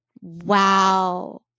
wow